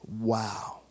Wow